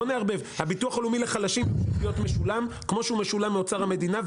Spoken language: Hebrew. הביטוח הלאומי לחלשים צריך להיות משולם מאוצר המדינה,